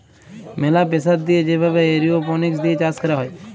ম্যালা প্রেসার দিয়ে যে ভাবে এরওপনিক্স দিয়ে চাষ ক্যরা হ্যয়